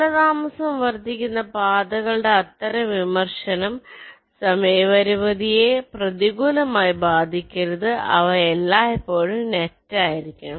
കാലതാമസം വർദ്ധിക്കുന്ന പാതകളുടെ അത്തരം വിമർശനം സമയ പരിമിതിയെ പ്രതികൂലമായി ബാധിക്കരുത് അവ എല്ലായ്പ്പോഴും നെറ്റ് ആയിരിക്കണം